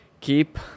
keep